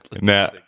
Now